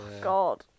god